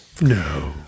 No